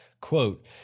Quote